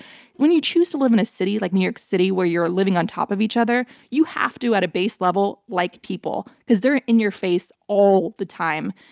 when you choose to live in a city like new york city where you're living on top of each other, you have to, at a base level, like people because they're in your face all the time.